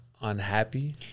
unhappy